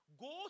Go